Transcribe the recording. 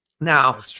Now